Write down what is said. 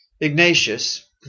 Ignatius